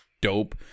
dope